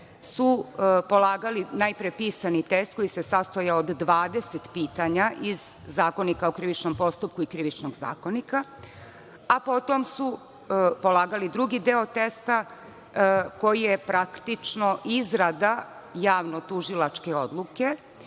su polagali najpre pisani test, koji se sastojao od 20 pitanja iz Zakonika o krivičnom postupku i Krivičnog zakonika, a potom su polagali drugi deo testa koji je praktično izrada javno-tužilačke odluke,